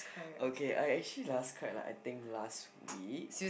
okay I actually last cry like I think last week